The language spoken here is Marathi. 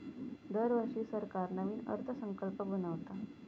दरवर्षी सरकार नवीन अर्थसंकल्प बनवता